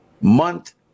month